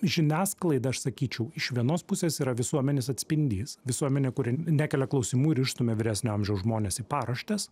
žiniasklaida aš sakyčiau iš vienos pusės yra visuomenės atspindys visuomenė kuri nekelia klausimų ir išstumia vyresnio amžiaus žmones į paraštes